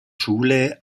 schule